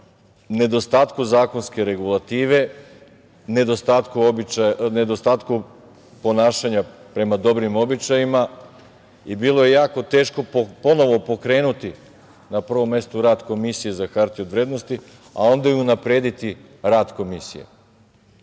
nedostatku zakonske regulative, nedostatku ponašanja prema dobrim običajima i bilo je jako teško ponovo pokrenuti, na prvom mestu, rad Komisije za hartije od vrednosti, a onda i unaprediti rad Komisije. Mogu